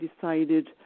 decided